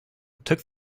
took